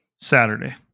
Saturday